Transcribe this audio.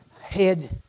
head